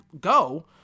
go